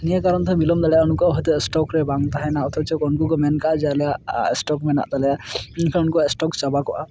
ᱱᱤᱭᱟᱹ ᱠᱟᱨᱚᱱ ᱛᱮᱦᱚᱸ ᱵᱤᱞᱚᱢ ᱫᱟᱲᱮᱭᱟᱜ ᱜᱮᱭᱟ ᱩᱱᱠᱩᱣᱟᱜ ᱦᱚᱭᱛᱚ ᱥᱴᱚᱠ ᱨᱮ ᱵᱟᱝ ᱛᱟᱦᱮᱱᱟ ᱚᱛᱷᱚᱪᱚ ᱩᱱᱠᱩ ᱠᱚ ᱢᱮᱱ ᱠᱟᱜᱼᱟ ᱡᱮ ᱟᱞᱮᱭᱟᱜ ᱥᱴᱚᱠ ᱢᱮᱱᱟᱜ ᱛᱟᱞᱮᱭᱟ ᱢᱮᱱᱠᱷᱟᱱ ᱩᱱᱠᱩᱣᱟ ᱥᱴᱚᱠ ᱪᱟᱵᱟ ᱠᱚᱜᱼᱟ